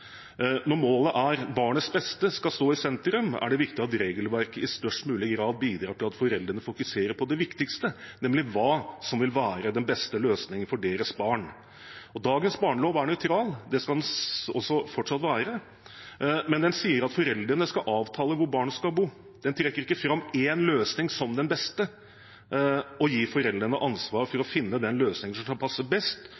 Når målet er at barnets beste skal stå i sentrum, er det viktig at regelverket i størst mulig grad bidrar til at foreldrene fokuserer på det viktigste, nemlig hva som vil være den beste løsningen for deres barn. Dagens barnelov er nøytral, det skal den fortsatt være, men den sier at foreldrene skal avtale hvor barnet skal bo. Den trekker ikke fram én løsning som den beste, og gir foreldrene ansvar for